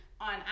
on